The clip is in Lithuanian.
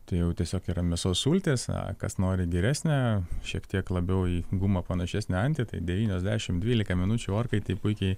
tai jau tiesiog yra mėsos sultys kas nori geresnę šiek tiek labiau į gumą panašesnę antį tai devyniasdešimt dvylika minučių orkaitėj puikiai